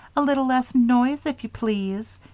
a little less noise, if you please.